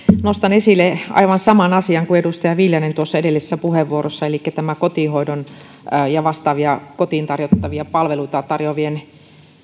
nostan esille aivan saman asian kuin edustaja viljanen edellisessä puheenvuorossa elikkä kotihoitoa ja vastaavia kotiin tarjottavia palveluita tarjoavien